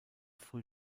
früh